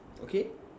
okay